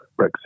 Brexit